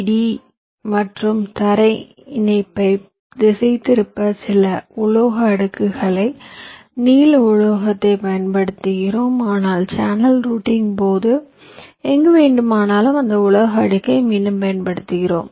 D மற்றும் தரை இணைப்பை திசைதிருப்ப சில உலோக அடுக்குகளை நீல உலோகத்தைப் பயன்படுத்துகிறோம் ஆனால் சேனல் ரூட்டிங் போது எங்கு வேண்டுமானாலும் அந்த உலோக அடுக்கை மீண்டும் பயன்படுத்துகிறோம்